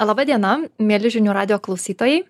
laba diena mieli žinių radijo klausytojai